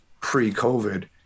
pre-COVID